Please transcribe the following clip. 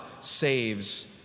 saves